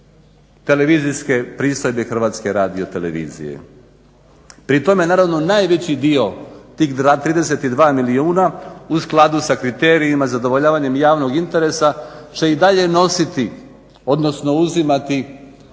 televizijske pristojbe HRT-a. pri tome najveći dio, tih 32 milijuna u skladu sa kriterijima zadovoljavanjem javnog interesa će i dalje nositi odnosno uzimati